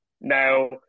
Now